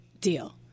deal